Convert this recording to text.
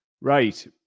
Right